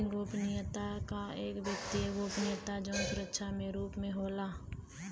banking गोपनीयता एक वित्तीय गोपनीयता जौन सुरक्षा के रूप में होला